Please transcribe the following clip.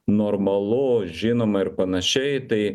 normalu žinoma ir panašiai tai